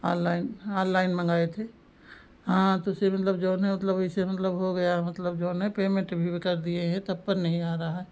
online हाँ online मँगाए थे हाँ तो उसे मतलब जो है मतलब वैसे मतलब हो गया है मतलब जो है पेमेन्ट भी कर दिए हैं तब पर नहीं आ रहा है